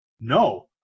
No